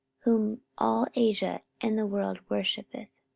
whom all asia and the world worshippeth.